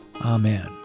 Amen